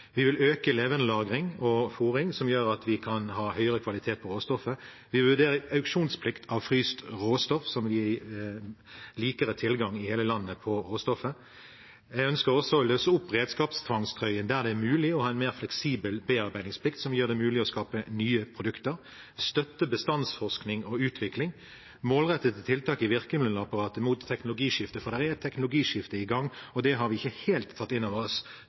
Vi vil øke levendelagring og fôring, som gjør at vi kan ha høyere kvalitet på råstoffet. Vi vurderer auksjonsplikt for fryst råstoff, som gir mer lik tilgang i hele landet på råstoffet. Jeg ønsker også å løse opp i redskapstvangstrøyen der det er mulig, og ha en mer fleksibel bearbeidingsplikt, som gjør det mulig å skape nye produkter, støtte bestandsforskning og -utvikling og målrette tiltak i virkemiddelapparatet mot et teknologiskifte, for det er et teknologiskifte på gang, og det har vi ikke helt tatt inn over oss,